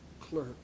clerk